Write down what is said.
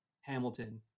Hamilton